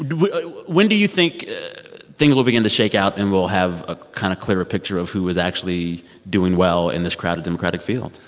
when do you think things will begin to shake out and we'll have a kind of clearer picture of who is actually doing well in this crowded democratic field?